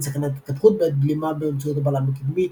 אין סכנת התהפכות בעת בלימה באמצעות הבלם הקדמי,